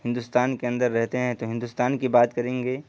ہندوستان کے اندر رہتے ہیں تو ہندوستان کی بات کریں گے